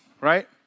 right